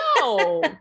No